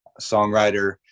songwriter